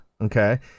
Okay